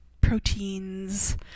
proteins